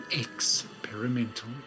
Experimental